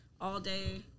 all-day